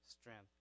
strength